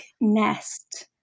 Nest